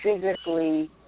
physically